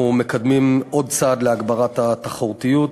מתקדמים בעוד צעד להגברת התחרותיות,